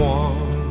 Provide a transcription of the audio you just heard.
one